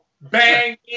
Bang